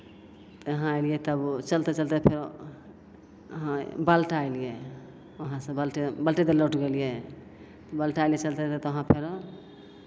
यहाँ अयलियै तब चलिते चलिते तऽ फेर यहाँ बलटा अयलियै यहाँसँ बालटे बालटे से लौट गेलियै बालटा एलियै चलिते चलिते तऽ वहाँ फेरो